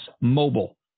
mobile